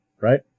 right